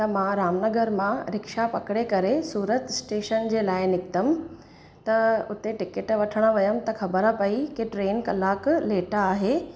त मां रामनगर मां रिक्शा पकिड़े करे सूरत स्टेशन जे लाइ निकितमि त उते टिकेट वठणु वयमि त ख़बर पई कि ट्रेन कलाकु लेट आहे